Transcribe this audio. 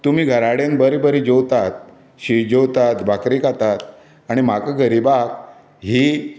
तुमी घरा कडेन बरें बरें जेवतात शीत जेवतात भाकरी खातात आनी म्हाका गरिबाक ही